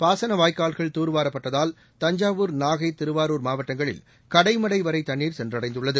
பாசன வாய்க்கால்கள் தூர்வாரப்பட்டதால் தஞ்சாவூர் நாகை திருவாரூர் மாவட்டங்களில் கடைமடை வரை தண்ணீர் சென்றடைந்துள்ளது